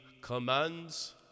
commands